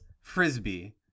Frisbee